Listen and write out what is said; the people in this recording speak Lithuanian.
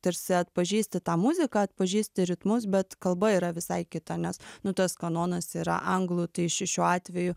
tarsi atpažįsti tą muziką atpažįsti ritmus bet kalba yra visai kita nes nu tas kanonas yra anglų tai š šiuo atveju